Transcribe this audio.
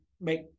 make